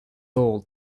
old